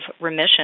remission